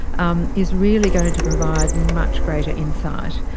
um is really going to provide much greater insight.